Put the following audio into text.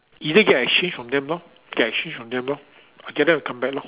either get exchange from the lor get exchange from them lor get them to come back lor